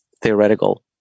theoretical